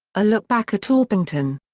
a look back at orpington.